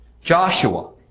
Joshua